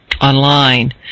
online